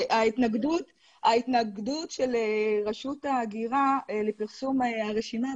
ההתנגדות של רשות ההגירה לפרסום הרשימה,